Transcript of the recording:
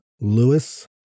Lewis